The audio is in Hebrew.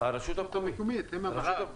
הרשות המקומית מושכת את הדיבידנד.